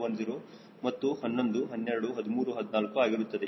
10 ಮತ್ತು 11 12 13 14 ಆಗಿರುತ್ತದೆ